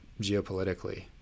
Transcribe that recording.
geopolitically